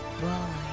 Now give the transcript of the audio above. Bye